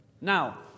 Now